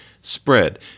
spread